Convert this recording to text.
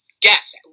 guess